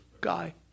guy